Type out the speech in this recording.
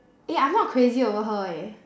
eh I'm not crazy over her eh